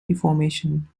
reformation